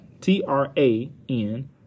T-R-A-N